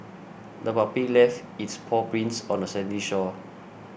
the puppy left its paw prints on the sandy shore